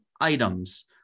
items